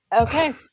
Okay